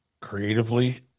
creatively